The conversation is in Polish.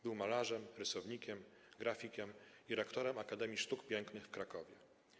Był malarzem, rysownikiem, grafikiem i rektorem Akademii Sztuk Pięknych w Krakowie.